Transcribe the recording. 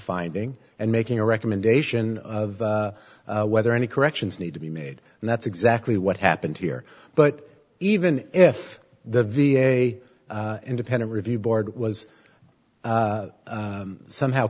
finding and making a recommendation of whether any corrections need to be made and that's exactly what happened here but even if the v a independent review board was somehow